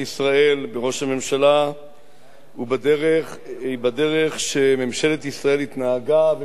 בראש הממשלה ובדרך שממשלת ישראל התנהגה ומתנהגת